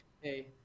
hey